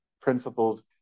principles